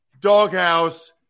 doghouse